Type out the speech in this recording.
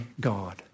God